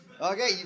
Okay